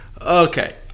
Okay